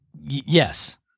Yes